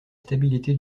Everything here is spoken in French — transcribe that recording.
stabilité